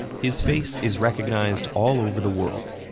his face is recognized all over the world.